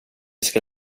ska